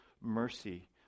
mercy